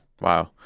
wow